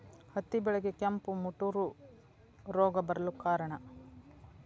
ಹತ್ತಿ ಬೆಳೆಗೆ ಕೆಂಪು ಮುಟೂರು ರೋಗ ಬರಲು ಕಾರಣ?